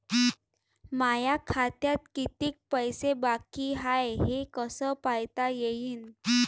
माया खात्यात कितीक पैसे बाकी हाय हे कस पायता येईन?